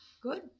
Good